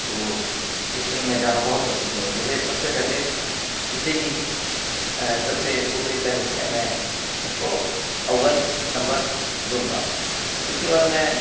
تو اس میں میں جانا بہت پسند کروں مجھے سب سے پہلے اسے ہی سب سے اوپری فہرست میں میں اس کو اول نمبر دوں گا اس کے بعد میں